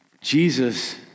Jesus